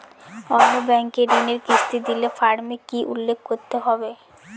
অন্য ব্যাঙ্কে ঋণের কিস্তি দিলে ফর্মে কি কী উল্লেখ করতে হবে?